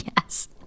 Yes